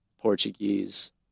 Portuguese